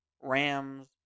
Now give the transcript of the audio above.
Rams